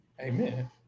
Amen